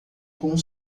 com